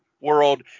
world